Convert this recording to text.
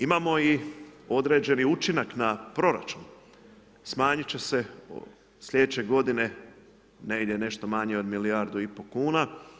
Imamo i određeni učinak na proračun, smanjiti će se sljedeće godine negdje nešto manje od milijardu i pol kuna.